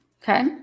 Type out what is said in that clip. Okay